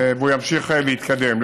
והוא ימשיך להתקדם.